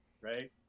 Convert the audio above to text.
right